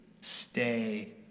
stay